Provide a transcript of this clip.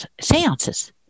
seances